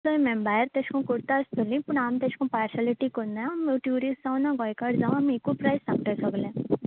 तोय मॅम भायर तेश कोन कोत्ताय आसतोली पूण आमी तेश कोन पार्शेलीटी कोन्नाय आमी ट्यूरीश्ट जावं ना गोंयकार जावं आमी एकू प्रायज सांगताय सोगळ्यांक